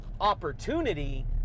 opportunity